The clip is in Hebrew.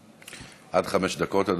אדוני, עד חמש דקות.